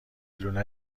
لونه